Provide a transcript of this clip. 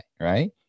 Right